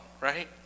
right